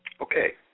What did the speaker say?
Okay